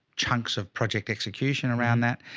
chunks of project execution around that.